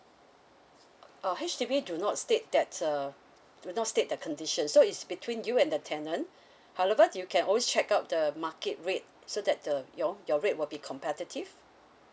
uh H_D_B do not state that's a will not state the condition so it's between you and the tenant however you can always check out the market rate so that the your your rate will be competitive